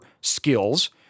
skills